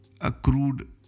accrued